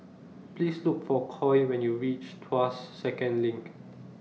Please Look For Coy when YOU REACH Tuas Second LINK